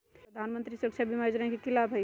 प्रधानमंत्री सुरक्षा बीमा योजना के की लाभ हई?